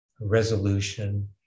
resolution